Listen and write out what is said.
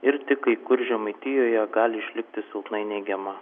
ir tik kai kur žemaitijoje gali išlikti silpnai neigiama